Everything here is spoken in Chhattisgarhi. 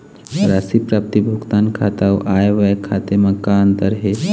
राशि प्राप्ति भुगतान खाता अऊ आय व्यय खाते म का अंतर हे?